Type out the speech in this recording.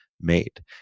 made